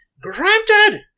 Granted